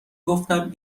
گفتم